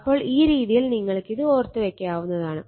അപ്പോൾ ഈ രീതിയിൽ നിങ്ങൾക്കിത് ഓർത്ത് വെക്കാവുന്നതാണ്